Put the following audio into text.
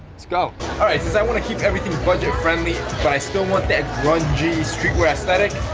let's go. alright, since i want to keep everything budget-friendly but i still want that grungy street wear aesthetic,